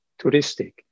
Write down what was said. touristic